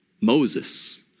Moses